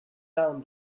down